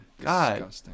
God